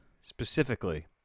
specifically